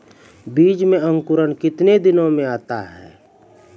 बीज मे अंकुरण कितने दिनों मे आता हैं?